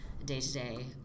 day-to-day